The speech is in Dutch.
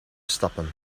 stappen